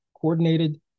coordinated